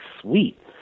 sweet